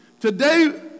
Today